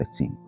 13